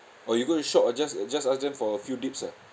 or you go to shop ah just just ask them for a few dips ah